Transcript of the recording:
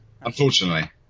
Unfortunately